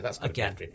again